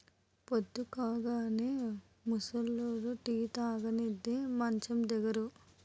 పొద్దుకూయగానే ముసలోళ్లు టీ తాగనిదే మంచం దిగరు